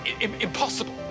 Impossible